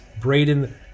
Braden